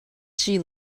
she